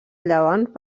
llevant